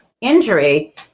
injury